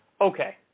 Okay